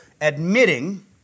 admitting